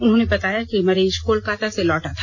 उन्होंने बताया कि मरीज कलकत्ता से लौटा था